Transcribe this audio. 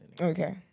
Okay